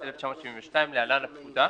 התשל"ב-1972 (להלן הפקודה),